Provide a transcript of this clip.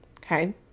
okay